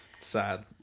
Sad